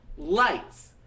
Lights